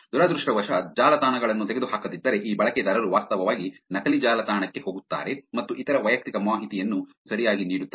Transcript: ದುರದೃಷ್ಟವಶಾತ್ ಜಾಲತಾಣಗಳನ್ನು ತೆಗೆದುಹಾಕದಿದ್ದರೆ ಈ ಬಳಕೆದಾರರು ವಾಸ್ತವವಾಗಿ ನಕಲಿ ಜಾಲತಾಣಕ್ಕೆ ಹೋಗುತ್ತಾರೆ ಮತ್ತು ಇತರ ವೈಯಕ್ತಿಕ ಮಾಹಿತಿಯನ್ನು ಸರಿಯಾಗಿ ನೀಡುತ್ತಾರೆ